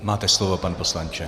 Máte slovo, pane poslanče.